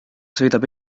sõidab